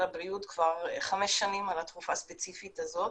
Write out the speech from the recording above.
הבריאות כבר חמש שנים על התרופה הספציפית הזאת.